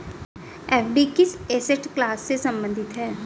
FD किस asset class से संबंधित है?